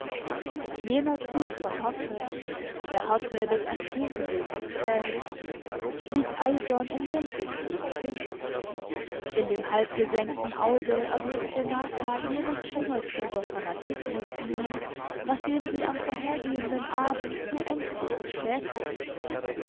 jener zug von härte der härte des asketen gegen sich selbst liegt eisern um mundwinkel und kinn in dem halb gesenkten auge erblickt renata jenen schimmer trüber fanatismusglut nach dem sie am vorhergehenden abend so ängstlich gespäht hatte